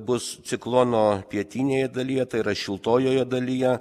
bus ciklono pietinėje dalyje tai yra šiltojoje dalyje